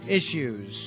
issues